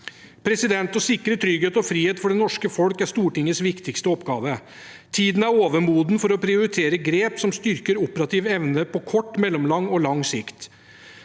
omgivelser. Å sikre trygghet og frihet for det norske folk er Stortingets viktigste oppgave. Tiden er overmoden for å prioritere grep som styrker operativ evne på kort, mellomlang og lang sikt.